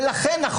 ולכן,